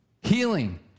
Healing